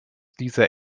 dieser